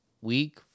week